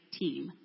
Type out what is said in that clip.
team